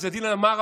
עיז אלדין אמארה,